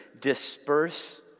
Disperse